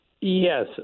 Yes